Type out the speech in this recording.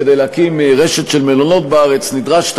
כדי להקים רשת של מלונות בארץ היא נדרשת